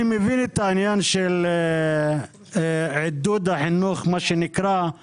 אני מבין את העניין של עידוד החינוך הציבורי.